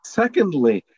secondly